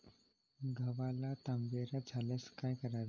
गव्हाला तांबेरा झाल्यास काय करावे?